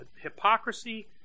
hypocrisy